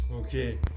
Okay